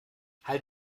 halt